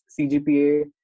CGPA